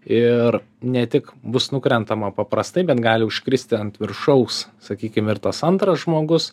ir ne tik bus nukrentama paprastai bet gali užkristi ant viršaus sakykim ir tas antras žmogus